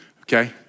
okay